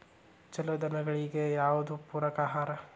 ಛಲೋ ದನಗಳಿಗೆ ಯಾವ್ದು ಪೂರಕ ಆಹಾರ?